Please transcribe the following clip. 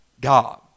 God